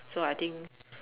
so I think